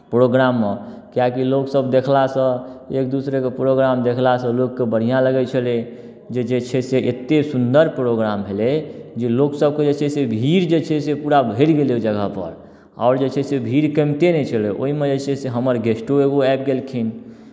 programme मऽ किएकि लोकसभ देखलासँ एक दूसरेके प्रोग्राम देखलासँ लोककेँ बढ़िआँ लगै छलै जे जे छै से एतेक सुन्दर प्रोग्राम भेलै जे लोकसभके जे छै से भीड़ जे छै से पूरा भरि गेलै ओहि जगहपर आओर जे छै से भीड़ कमिते नहि छलै ओहिमे जे छै से हमर गेस्टो एगो आबि गेलखिन